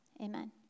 Amen